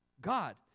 god